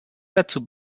dazu